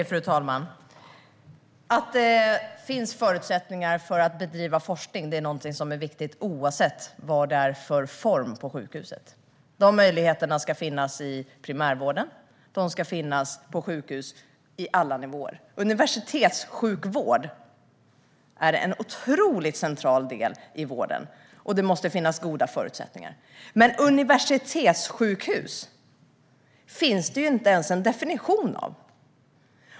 Fru talman! Att det finns förutsättningar för att bedriva forskning är viktigt oavsett vilken form sjukhuset har. De möjligheterna ska finnas i primärvården. De ska finnas på sjukhus på alla nivåer. Universitetssjukvård är en otroligt central del i vården, och den måste ha goda förutsättningar. Men universitetssjukhus finns det inte ens en definition av.